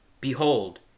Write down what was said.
Behold